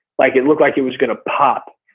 like it looked like it was gonna pop,